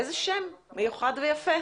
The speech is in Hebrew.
איזה שם מיוחד ויפה.